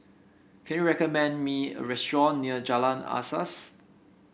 can you recommend me a restaurant near Jalan Asas